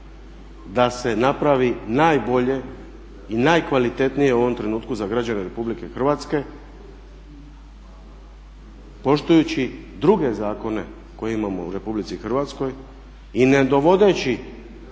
da se napravi najbolje i najkvalitetnije u ovom trenutku za građane RH poštujući druge zakone koje imamo u RH i ne dovodeći